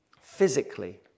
physically